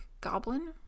goblin